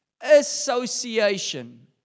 association